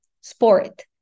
sport